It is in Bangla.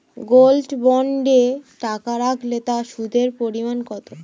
গোল্ড বন্ডে টাকা রাখলে তা সুদের পরিমাণ কত?